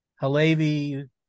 Halevi